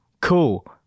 Cool